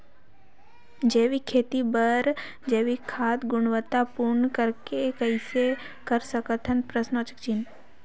जैविक खेती बर जैविक खाद गुणवत्ता पूर्ण कइसे बनाय सकत हैं?